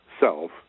Self